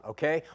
Okay